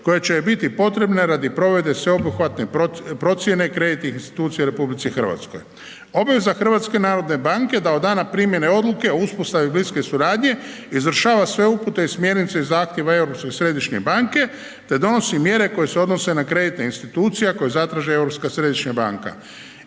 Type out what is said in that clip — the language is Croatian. koje će joj biti potrebne radi provedbe sveobuhvatne procjene kreditnih institucija u RH. Obveza HNB-a je da od dana primjene odluke o uspostavi bliske suradnje izvršava sve upute i smjernice i zahtjeve Europske središnje banke te donosi mjere koje se odnose na kreditne institucije ako je zatraži Europska središnja banka.